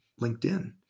LinkedIn